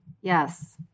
Yes